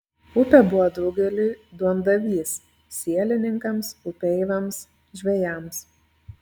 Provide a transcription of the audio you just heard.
upė buvo daugeliui duondavys sielininkams upeiviams žvejams